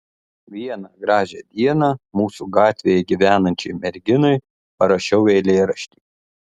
vieną gražią dieną mūsų gatvėje gyvenančiai merginai parašiau eilėraštį